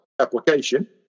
application